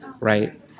right